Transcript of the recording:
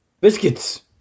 Biscuits